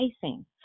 facing